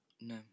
No